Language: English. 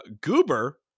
Goober